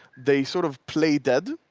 they sort of play dead.